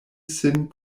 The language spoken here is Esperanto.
sin